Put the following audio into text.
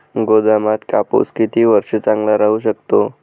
गोदामात कापूस किती वर्ष चांगला राहू शकतो?